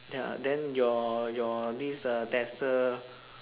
ya then your your this uh tester